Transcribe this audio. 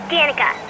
Danica